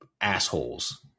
assholes